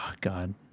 God